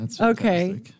Okay